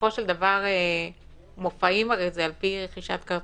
בסופו של דבר, מופעים זה על פי רכישת כרטיסים,